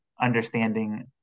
understanding